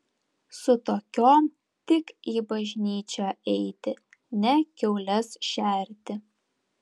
su tokiom tik į bažnyčią eiti ne kiaules šerti